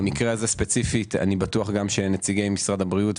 במקרה הזה ספציפית אני בטוח גם שנציגי משרד הבריאות,